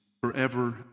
Forever